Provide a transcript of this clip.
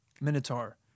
Minotaur